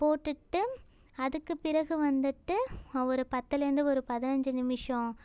போட்டுட்டு அதுக்கு பிறகு வந்துட்டு ஒரு பத்துலேருந்து ஒரு பதினஞ்சு நிமிடம்